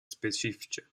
specifice